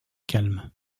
calme